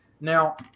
Now